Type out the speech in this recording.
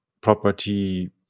property